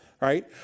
right